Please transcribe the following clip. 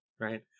Right